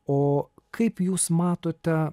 o kaip jūs matote